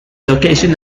location